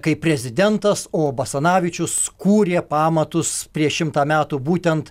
kaip prezidentas o basanavičius kūrė pamatus prieš šimtą metų būtent